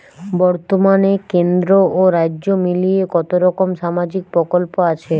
বতর্মানে কেন্দ্র ও রাজ্য মিলিয়ে কতরকম সামাজিক প্রকল্প আছে?